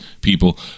people